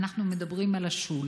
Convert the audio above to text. אנחנו מדברים על השול.